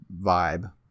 vibe